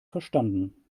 verstanden